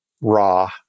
raw